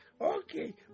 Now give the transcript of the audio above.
Okay